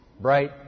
Bright